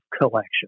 collection